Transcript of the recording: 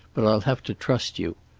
but i'll have to trust you.